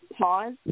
pause